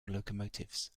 locomotives